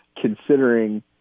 considering